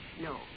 No